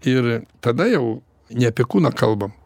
ir tada jau ne apie kūną kalbam